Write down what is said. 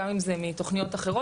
גם אם זה מתוכניות אחרות,